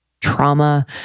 trauma